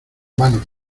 vanos